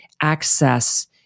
access